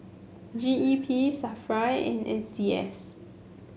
G E P Safra and N C S